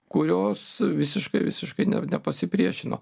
kurios visiškai visiškai nepasipriešino